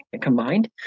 combined